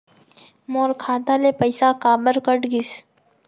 मोर खाता ले पइसा काबर कट गिस?